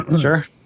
Sure